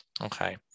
okay